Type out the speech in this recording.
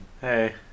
Hey